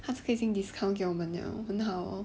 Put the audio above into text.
他这个已经 discount 给我们了很好 hor